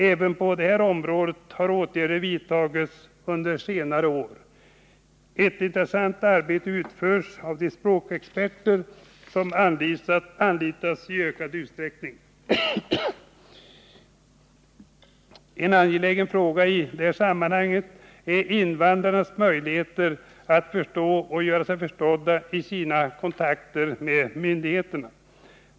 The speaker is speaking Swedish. Även på detta område har åtgärder vidtagits under senare år. Ett intressant arbete utförs av de språkexperter som anlitas i ökad utsträckning. En angelägen fråga i detta sammanhang är invandrarnas möjligheter att förstå och göra sig förstådda i sina kontakter med myndigheterna.